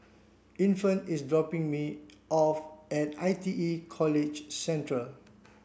Infant is dropping me off at I T E College Central